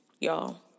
y'all